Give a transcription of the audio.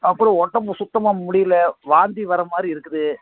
அப்புறம் உடம்பு சுத்தமாக முடியல வாந்தி வரமாதிரி இருக்குது